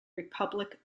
republic